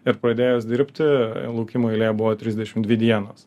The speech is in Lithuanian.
ir pradėjus dirbti laukimo eilė buvo tridešim dvi dienos